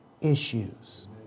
issues